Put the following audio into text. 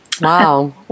Wow